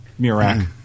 Mirak